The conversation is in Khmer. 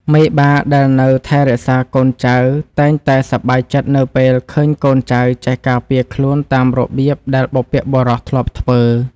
មេបាដែលនៅថែរក្សាកូនចៅតែងតែសប្បាយចិត្តនៅពេលឃើញកូនចៅចេះការពារខ្លួនតាមរបៀបដែលបុព្វបុរសធ្លាប់ធ្វើ។